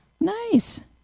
Nice